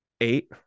Eight